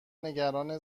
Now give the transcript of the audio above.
نگران